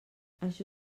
això